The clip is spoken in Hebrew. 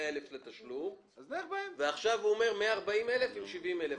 100,000 לתשלום ועכשיו הוא אומר 140,000 עם 70,000 לתשלום.